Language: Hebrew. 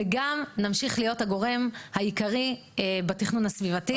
וגם נמשיך להיות הגורם העיקרי בתכנון הסביבתי.